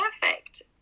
perfect